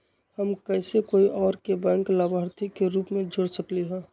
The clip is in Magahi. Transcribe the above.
हम कैसे कोई और के बैंक लाभार्थी के रूप में जोर सकली ह?